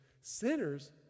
Sinners